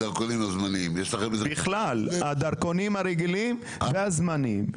בכלל, הדרכונים הרגילים והזמניים.